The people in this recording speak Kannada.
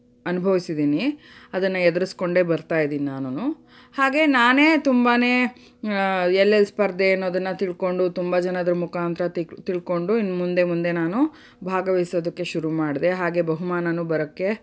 ಅನುಭವಿಸಿದೀನಿ ಅದನ್ನು ಎದುರಿಸ್ಕೊಂಡೇ ಬರ್ತಾ ಇದೀನಿ ನಾನು ಹಾಗೇ ನಾನೇ ತುಂಬಾ ಎಲ್ಲೆಲ್ಲಿ ಸ್ಪರ್ಧೆ ಅನ್ನೋದನ್ನು ತಿಳ್ಕೊಂಡು ತುಂಬ ಜನರ ಮುಖಾಂತರ ತಿಕ್ ತಿಳ್ಕೊಂಡು ಇನ್ನು ಮುಂದೆ ಮುಂದೆ ನಾನು ಭಾಗವಹಿಸೋದಕ್ಕೆ ಶುರು ಮಾಡಿದೆ ಹಾಗೆ ಬಹುಮಾನನೂ ಬರೋಕ್ಕೆ